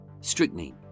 Strychnine